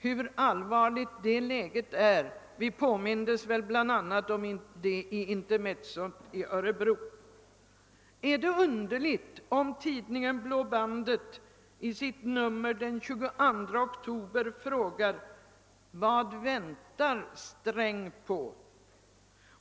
En påminnelse härvidlag fick vi i samband med intermezzot i Örebro. Är det underligt om tidningen Blå Bandet i sitt nummer av den 22 oktober i år frågar: Vad väntar Sträng på?